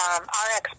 RX